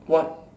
what